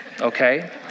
okay